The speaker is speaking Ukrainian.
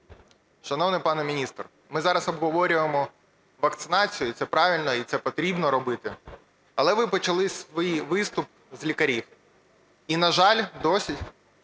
Шановний пане міністре, ми зараз обговорюємо вакцинацію і це правильно, і це потрібно робити. Але ви почали свій виступ з лікарів. І, на жаль, досі